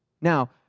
Now